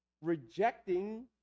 Rejecting